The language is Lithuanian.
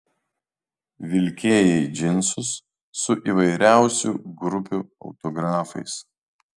vilkėjai džinsus su įvairiausių grupių autografais